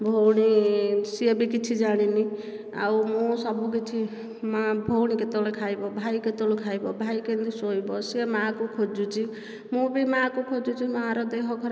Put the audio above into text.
ଭଉଣୀ ସିଏବି କିଛି ଜାଣିନି ଆଉ ମୁଁ ସବୁ କିଛି ମାଆ ଭଉଣୀ କେତେବେଳେ ଖାଇବ ଭାଇ କେତେବେଳେ ଖାଇବ ଭାଇ କେମିତି ଶୋଇବ ସିଏ ମାଆକୁ ଖୋଜୁଛି